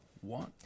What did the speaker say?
one